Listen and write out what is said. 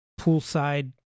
poolside